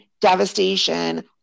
devastation